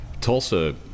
Tulsa